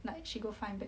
like she go find back